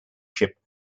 ship